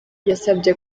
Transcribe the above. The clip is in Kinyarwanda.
yasabye